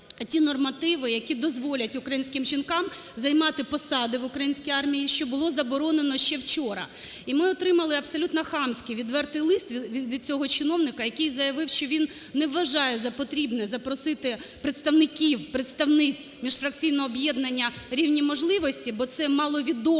ті нормативи, які дозволять українським жінкам займати посади в українській армії, що було заборонено ще вчора. І ми отримали абсолютно хамський, відверто, лист від цього чиновника, який заявив, що він не вважає за потрібне запросити представників, представниць Міжфракційного об'єднання "Рівні можливості", бо це маловідоме